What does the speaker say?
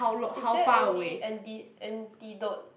is there any anti antidote